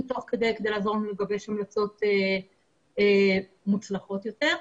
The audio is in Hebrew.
כדי לעזור לנו לגבש המלצות מוצלחות יותר.